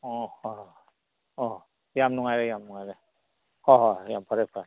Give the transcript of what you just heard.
ꯑꯣ ꯍꯣꯏ ꯍꯣꯏ ꯍꯣꯏ ꯑꯣ ꯌꯥꯝ ꯅꯨꯡꯉꯥꯏꯔꯦ ꯌꯥꯝ ꯅꯨꯡꯉꯥꯏꯔꯦ ꯍꯣꯏ ꯍꯣꯏ ꯌꯥꯝ ꯐꯔꯦ ꯐꯔꯦ